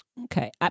Okay